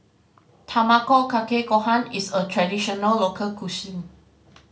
Tamago Kake Gohan is a traditional local